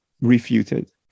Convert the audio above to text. refuted